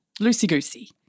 loosey-goosey